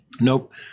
Nope